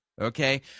okay